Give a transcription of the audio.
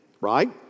Right